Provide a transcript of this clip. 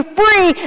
free